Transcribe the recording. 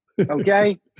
okay